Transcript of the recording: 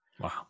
Wow